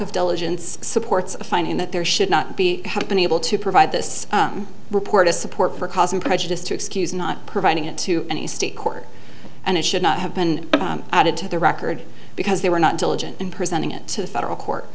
of diligence supports a finding that there should not be happening able to provide this report as support for causing prejudice to excuse not providing it to any state court and it should not have been added to the record because they were not diligent in presenting it to the federal court